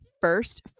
first